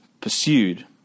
pursued